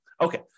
Okay